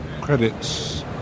credits